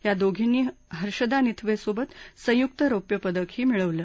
या दोघींनी हर्षदा निथवऱीबत संयुक्त रौप्य पदकही मिळवलं